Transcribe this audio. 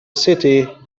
city